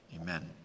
Amen